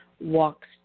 walks